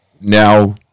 Now